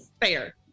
Fair